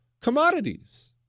commodities